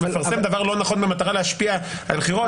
לפרסם דבר לא נכון במטרה להשפיע על בחירות.